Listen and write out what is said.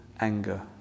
anger